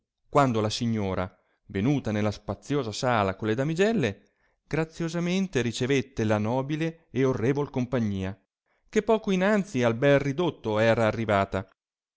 quando la signora venuta nella spaziosa sala con le damigelle graziosamente ricevette la nobile e orrevol compagnia che poco inanzi al bel ridotto era arrivata